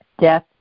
death